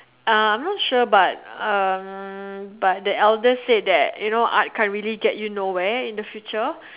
uh I'm not sure but uh but the elders say that art can't really get you nowhere in the future